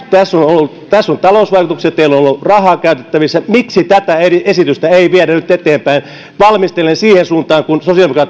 tässä on talousvaikutukset teillä on ollut rahaa käytettävissä miksi tätä esitystä ei viedä nyt eteenpäin valmistellen siihen suuntaan kuin